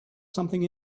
something